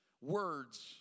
words